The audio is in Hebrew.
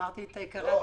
אמרתי את עיקרי הדברים.